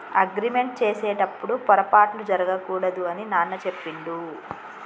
agreement చేసేటప్పుడు పొరపాట్లు జరగకూడదు అని నాన్న చెప్పిండు